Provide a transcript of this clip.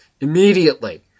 immediately